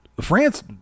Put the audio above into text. France